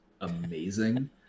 amazing